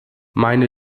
meine